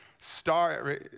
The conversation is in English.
Star